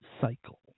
cycle